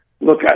Look